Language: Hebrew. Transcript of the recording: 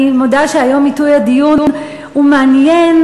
אני מודה שהיום עיתוי הדיון הוא מעניין,